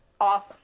off